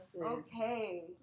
okay